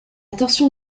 torsion